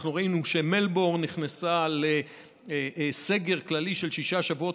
ראינו שמלבורן נכנסה לסגר כללי של שישה שבועות,